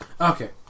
okay